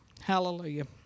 Hallelujah